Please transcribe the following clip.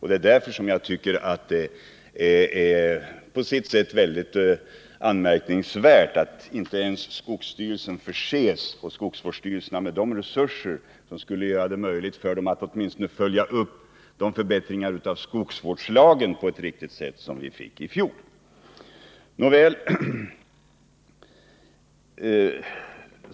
Det är därför jag tycker att det på sitt sätt är mycket anmärkningsvärt att inte ens skogsstyrelsen och skogsvårdsstyrelserna förses med resurser som skulle göra det möjligt för dem att på ett riktigt sätt följa upp åtminstone de förbättringar av skogsvårdslagen som vi fick i fjol.